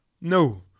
No